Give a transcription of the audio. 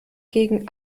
gegen